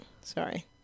sorry